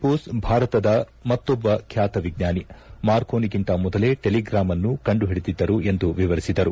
ಮೋಸ್ ಭಾರತದ ಮತ್ತೊಬ್ಬ ಖ್ಯಾತ ವಿಜ್ಞಾನಿ ಮಾರ್ಕೋನಿಗಿಂತ ಮೊದಲೇ ಟೆಲಿಗಾಮ್ಅನ್ನು ಕಂಡು ಹಿಡಿದಿದ್ದರು ಎಂದು ವಿವರಿಸಿದರು